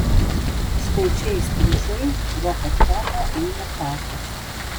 štai čia įstrižai pro pat kapą eina takas